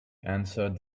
answered